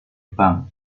bank